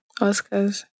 Oscars